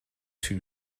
too